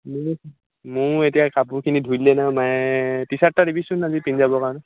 মো মোৰ এতিয়া কাপোৰখিনি ধুই দিলে নহয় মায়ে টি ছাৰ্ট এটা দিবিচোন আজি পিন্ধি যাবৰ কাৰণে